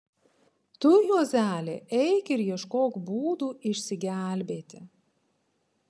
tu juozeli eik ir ieškok būdų išsigelbėti